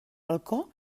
balcó